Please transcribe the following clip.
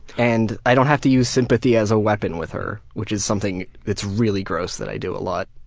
and i don't have to use sympathy as a weapon with her, which is something that's really gross that i do a lot.